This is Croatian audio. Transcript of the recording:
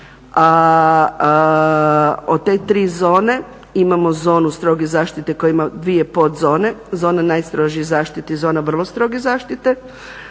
od te tri zone imamo zonu stroge zaštite koja ima dvije podzone, za one najstrožije zaštite zona vrlo stroge zaštite,